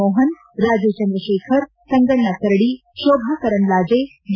Mopan Rajeev Chandrasekhar Sanganna Karadi Shobha Karandlaje V